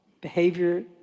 behavior